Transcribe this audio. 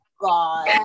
god